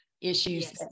issues